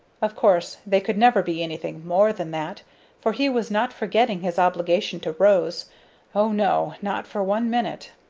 of course they could never be anything more than that for he was not forgetting his obligation to rose oh no, not for one minute.